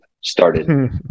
started